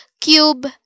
Cube